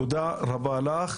תודה רבה לך.